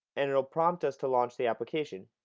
and it will prompt us to launch the application,